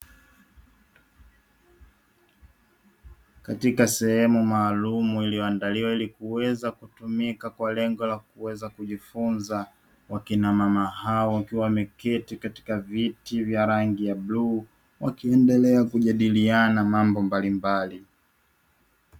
Katika sehemu maalumu iliyoandaliwa ili kuweza kutumika kwa lengo la kuweza kujifunza, wakina mama hao wakiwa wameketi katika viti vya rangi ya bluu, wakiendelea kujadiliana mambo mbalimbali.